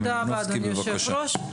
תודה רבה אדוני היושב ראש.